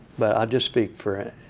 but ah just speak for